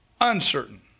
uncertain